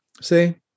See